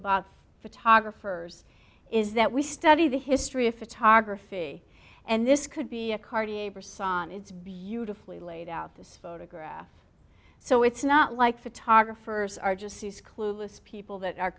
about photographers is that we study the history of photography and this could be a cardiac or sonnets beautifully laid out this photograph so it's not like photographers are just six clueless people that are